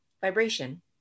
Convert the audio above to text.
vibration